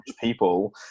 people